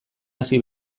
hasi